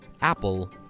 Apple